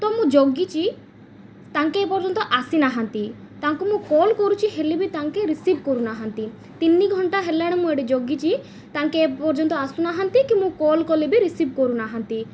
ତ ମୁଁ ଜଗିଛି ତାଙ୍କେ ଏପର୍ଯ୍ୟନ୍ତ ଆସିନାହାନ୍ତି ତାଙ୍କୁ ମୁଁ କଲ୍ କରୁଛି ହେଲେ ବି ତାଙ୍କେ ରିସିଭ୍ କରୁନାହାନ୍ତି ତିନି ଘଣ୍ଟା ହେଲାଣି ମୁଁ ଏଠି ଜଗିଛି ତାଙ୍କେ ଏପର୍ଯ୍ୟନ୍ତ ଆସୁନାହାନ୍ତି କି ମୁଁ କଲ୍ କଲେ ବି ରିସିଭ୍ କରୁନାହାନ୍ତି